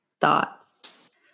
thoughts